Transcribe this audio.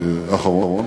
האחרון.